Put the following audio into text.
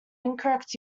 incorrect